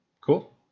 cool